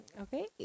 Okay